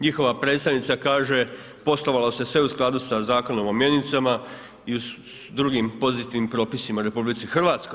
Njihova predstavnica kaže poslovalo se sve u skladu sa Zakonom o mjenicama i s drugim pozitivnim propisima u RH.